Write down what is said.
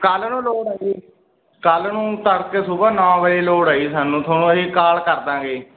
ਕੱਲ੍ਹ ਨੂੰ ਲੋੜ ਹੈ ਜੀ ਕੱਲ੍ਹ ਨੂੰ ਤੜਕੇ ਸੁਬਾ ਨੌਂ ਵਜੇ ਲੋੜ ਹੈ ਜੀ ਸਾਨੂੰ ਤੁਹਾਨੂੰ ਕਾਲ ਕਰ ਦਾਂਗੇ